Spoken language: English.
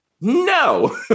No